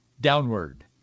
downward